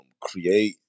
create